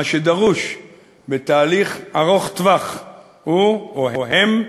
מה שדרוש בתהליך ארוך-טווח הוא, או הם: